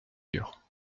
dure